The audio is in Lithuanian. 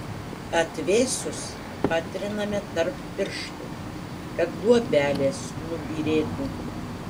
atvėsus patriname tarp pirštų kad luobelės nubyrėtų